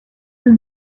will